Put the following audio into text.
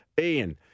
Ian